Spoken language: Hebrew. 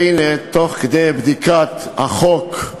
והנה, תוך כדי בדיקת החוק,